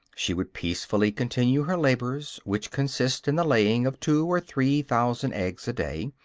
she would peacefully continue her labors, which consist in the laying of two or three thousand eggs a day,